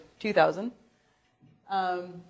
2,000